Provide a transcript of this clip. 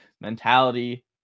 mentality